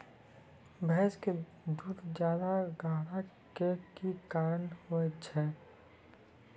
भैंस के दूध ज्यादा गाढ़ा के कि कारण से होय छै?